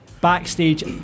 backstage